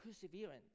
perseverance